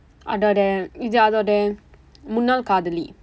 அதோட இது அதோட முன்னாள் காதலி:athoda ithu athooda munnaal kaathali